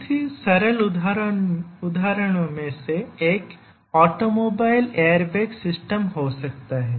बहुत ही सरल उदाहरणों में से एक ऑटोमोबाइल एयरबैग सिस्टम हो सकता है